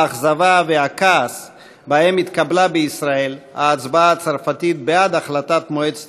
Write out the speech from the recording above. האכזבה והכעס שבהם התקבלה בישראל ההצבעה הצרפתית בעד החלטת מועצת